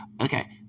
okay